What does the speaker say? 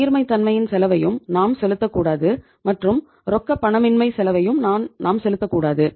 நீர்மை தன்மையின் செலவையும் நாம் செலுத்தக்கூடாது மற்றும் ரொக்கப்பணமின்மை செலவையும் நாம் செலுத்தக்கூடாது